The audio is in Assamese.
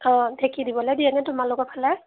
অঁ ঢেকি দিবলৈ দিয়ে নে তোমালোকৰ ফালে